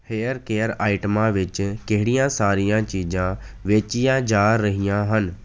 hair care ਆਈਟਮਾਂ ਵਿੱਚ ਕਿਹੜੀਆਂ ਸਾਰੀਆਂ ਚੀਜ਼ਾਂ ਵੇਚੀਆਂ ਜਾ ਰਹੀਆਂ ਹਨ